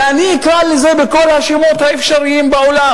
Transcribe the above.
ואני אקרא לזה בכל השמות האפשריים בעולם.